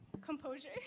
Composure